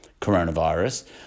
coronavirus